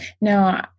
No